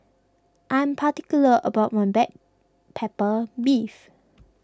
I am particular about my Black Pepper Beef